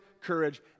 courage